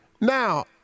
Now